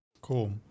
Cool